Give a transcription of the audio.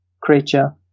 creature